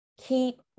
keep